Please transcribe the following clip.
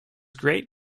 great